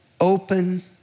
open